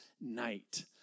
night